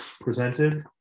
presented